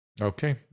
okay